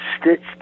stitched